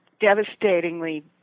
devastatingly